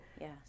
Yes